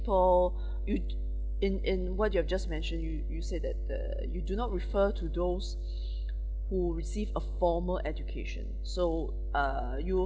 people you in in what you have just mentioned you you said that the you do not refer to those who received a formal education so uh you